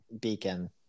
beacon